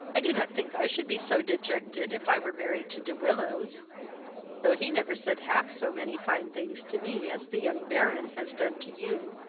i do not think i should be so dejected if i were married to de willows though he never said half so many fine things to me as the young baron has done to you.